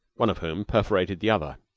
one of whom perforated the other.